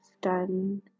done